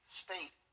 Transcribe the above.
state